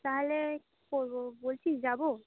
তাহলে কী করব বলছিস যাব